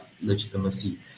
legitimacy